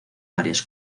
varias